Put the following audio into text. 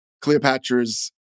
Cleopatra's